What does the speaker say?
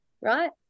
right